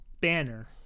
banner